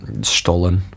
stolen